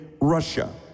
russia